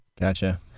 Gotcha